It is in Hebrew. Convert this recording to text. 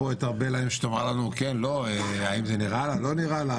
ארבל לא כאן כדי להגיד לנו האם זה נראה לה או לא נראה לה,